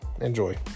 Enjoy